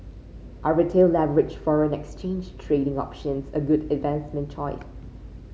are Retail leveraged foreign exchange trading options a good investment choice